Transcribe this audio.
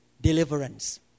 deliverance